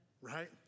right